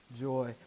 joy